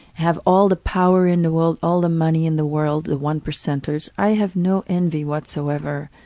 have all the power in the world, all the money in the world, the one percenters, i have no envy whatsoever.